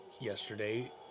yesterday